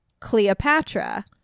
Cleopatra